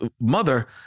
mother